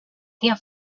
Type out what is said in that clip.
their